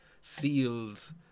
sealed